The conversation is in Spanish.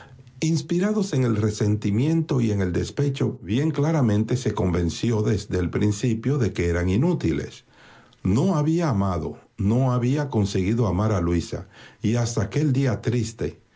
inspirados en el resentimiento y en el despecho bien claramente se convenció desde el principio de que eran inútiles no había amado no había conseguido amar a luisa y hasta aquel día triste